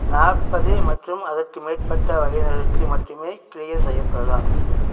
நாற்பது மற்றும் அதற்கு மேற்பட்ட வயதினருக்கு மட்டுமே க்ளியர் செய்யப்படலாம்